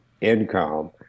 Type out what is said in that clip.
income